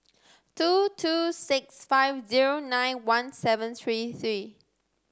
two two six five zero nine one seven three three